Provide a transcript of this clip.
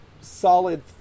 solid